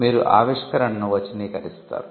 మీరు ఆవిష్కరణను వచనీకరిస్తారు